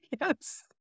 Yes